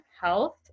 health